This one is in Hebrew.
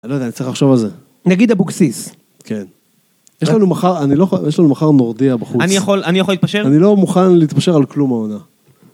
אני לא יודע, אני צריך לחשוב על זה. נגיד אבוקסיס. כן. יש לנו מחר, יש לנו מחר נורדיה בחוץ. אני יכול להתפשר? אני לא מוכן להתפשר על כלום העונה.